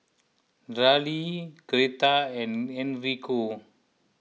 Daryle Greta and Enrico